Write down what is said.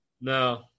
No